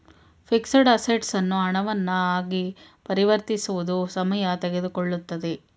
fixed assets ಅನ್ನು ಹಣವನ್ನ ಆಗಿ ಪರಿವರ್ತಿಸುವುದು ಸಮಯ ತೆಗೆದುಕೊಳ್ಳುತ್ತದೆ